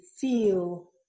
feel